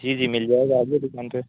جی جی مل جائے گا آپ کے دکان پہ